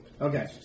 Okay